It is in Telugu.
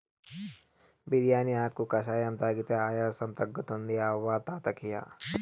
బిర్యానీ ఆకు కషాయం తాగితే ఆయాసం తగ్గుతుంది అవ్వ తాత కియి